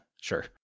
sure